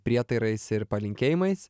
prietarais ir palinkėjimais